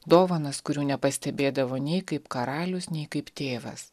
dovanas kurių nepastebėdavo nei kaip karalius nei kaip tėvas